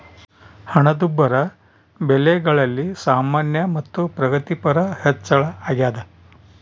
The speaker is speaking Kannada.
ಹಣದುಬ್ಬರ ಬೆಲೆಗಳಲ್ಲಿ ಸಾಮಾನ್ಯ ಮತ್ತು ಪ್ರಗತಿಪರ ಹೆಚ್ಚಳ ಅಗ್ಯಾದ